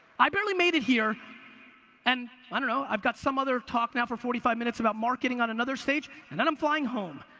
i barely made it here and i don't know, i've got some other talk now for forty five minutes about marketing on another stage, and then i'm flying home.